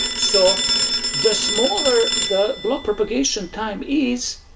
so the smaller the block propagation time is,